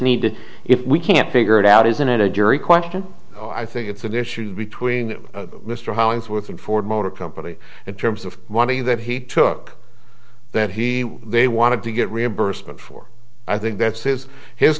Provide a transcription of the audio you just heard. need to if we can't figure it out isn't it a jury question i think it's an issue between mr hollingsworth and ford motor company in terms of money that he took that he they wanted to get reimbursement for i think that says his